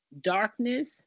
darkness